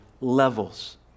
levels